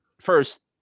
first